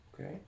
Okay